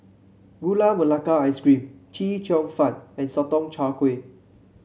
Gula Melaka Ice Cream Chee Cheong Fun and Sotong Char Kway